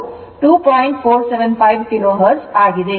475 kilo hertz ಆಗಿದೆ